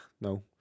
No